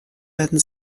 werden